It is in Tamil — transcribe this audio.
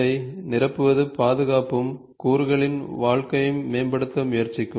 இதை நிரப்புவது பாதுகாப்பையும் கூறுகளின் வாழ்க்கையையும் மேம்படுத்த முயற்சிக்கும்